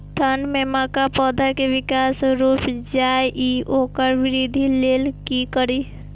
ठंढ में मक्का पौधा के विकास रूक जाय इ वोकर वृद्धि लेल कि करी?